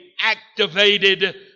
activated